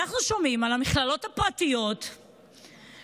אנחנו שומעים על המכללות הפרטיות שמחליטות